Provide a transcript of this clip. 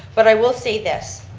but i will say this,